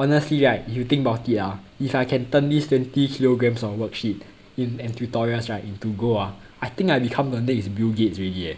honestly right you think about it ah if I can turn this twenty kilograms of worksheet in and tutorials right into gold ah I think I become the next bill gates already eh